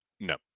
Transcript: No